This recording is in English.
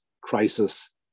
crisis